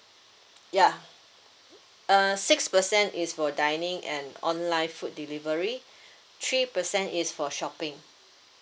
ya err six percent is for dining and online food delivery three percent is for shopping